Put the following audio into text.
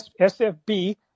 SFB